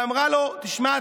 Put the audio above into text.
ואמרה לו: שמע,